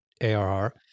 ARR